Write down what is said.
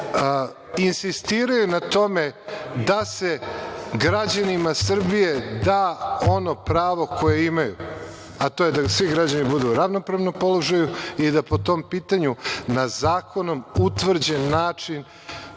insistiraju na tome da se građanima Srbije da ono pravo koje imaju, a to je da svi građani budu u ravnopravnom položaju i da po tom pitanju na zakonom utvrđen način,